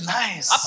nice